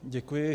Děkuji.